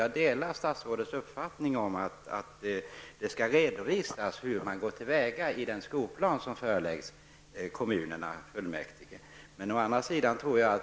Jag delar statsrådets uppfattning att det i den skolplan som föreläggs kommunerna skall redovisas hur man skall gå till väga.